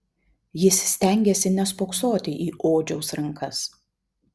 jis stengėsi nespoksoti į odžiaus rankas